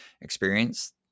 experience